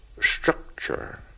structure